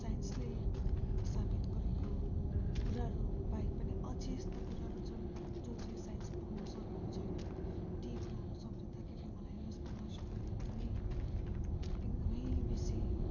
साइन्सले साबित गरेको कुराहरू बाहेक पनि अझै यस्तो कुराहरू छन् जो चाहिँ साइन्स पुग्न सकेको छैन ती कुराहरू सम्झिँदाखेरि मलाई यस रहस्यबारे एकदमै एकदमै बेसि